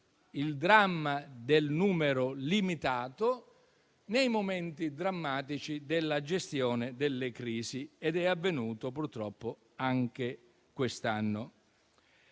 il dramma del numero limitato nei momenti drammatici della gestione delle crisi. Ed è quanto avvenuto purtroppo anche quest'anno.